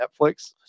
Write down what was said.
Netflix